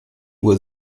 uhr